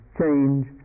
change